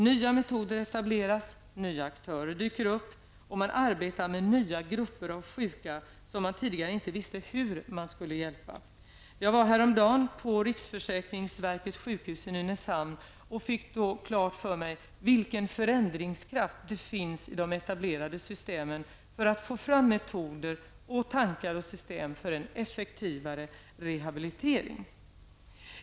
Nya metoder etableras, nya aktörer dyker upp och man arbetar med nya grupper av sjuka, som man tidigare inte visste hur man skulle hjälpa. Jag var häromdagen på riksförsäkringsverkets sjukhus i Nynäshamn och fick då klart för mig vilken förändringskraft det finns i de etablerade systemen, för att få fram metoder, tankar och system för en effektivare rehabilitering.